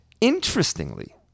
Interestingly